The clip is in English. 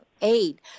aid